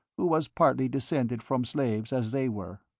who was partly descended from slaves, as they were.